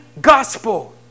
gospel